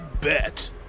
Bet